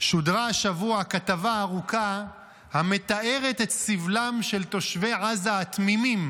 שודרה השבוע כתבה ארוכה המתארת את סבלם של תושבי עזה התמימים,